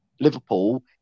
Liverpool